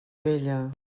vella